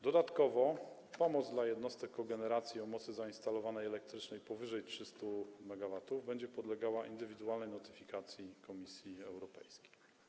Dodatkowo pomoc dla jednostek kogeneracji o mocy zainstalowanej elektrycznej powyżej 300 MW będzie podlegała indywidualnej notyfikacji Komisji Europejskiej.